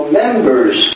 members